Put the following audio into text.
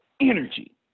energy